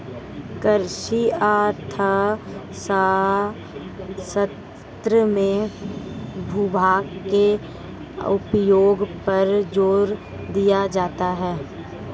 कृषि अर्थशास्त्र में भूभाग के उपयोग पर जोर दिया जाता है